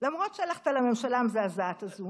למרות שהלכת לממשלה המזעזעת הזאת.